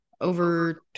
over